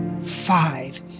five